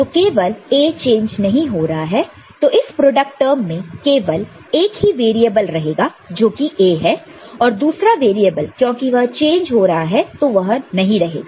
तो केवल A change नहीं हो रहा है तो इस प्रोडक्ट टर्म में केवल एक ही वेरिएबल रहेगा जो कि A है और दूसरे वेरिएबल क्योंकि वह चेंज हो रहा है तो वह नहीं रहेगा